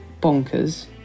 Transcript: bonkers